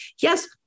yes